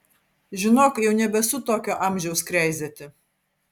žinok jau nebesu tokio amžiaus kreizėti